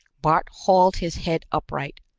bart hauled his head upright,